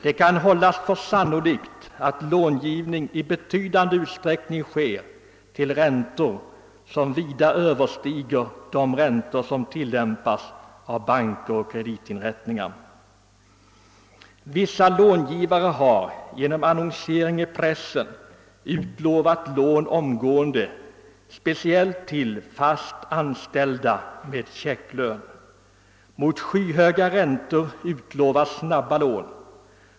Det kan hållas för sannolikt att långivning i betydande utsträckning sker till räntor som vida överstiger dem som tillämpas av banker och kreditinrättningar. Vissa långivare har genom annonsering i pressen erbjudit lån omgående, speciellt till fast anställda med checklön. Mot skyhöga räntor utlovas snabba lån.